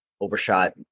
overshot